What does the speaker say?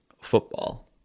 football